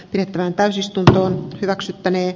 nykyään täysistuntoon räksyttäneet